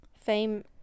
fame